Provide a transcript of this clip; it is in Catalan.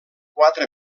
quatre